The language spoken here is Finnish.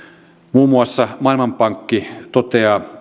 muun muassa maailmanpankki toteaa